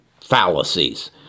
fallacies